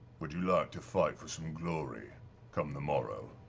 would you like to fight for some glory come the morrow?